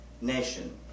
nation